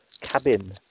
cabin